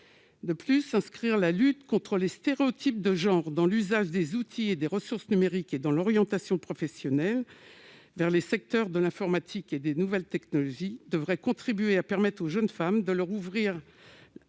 De plus, inscrire la lutte contre les stéréotypes de genre dans l'usage des outils et des ressources numériques, mais aussi dans l'orientation professionnelle vers les secteurs de l'informatique et des nouvelles technologies, devrait contribuer à permettre aux jeunes femmes de leur ouvrir la